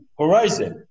horizon